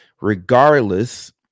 Regardless